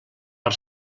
per